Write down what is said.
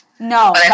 No